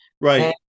right